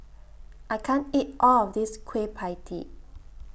I can't eat All of This Kueh PIE Tee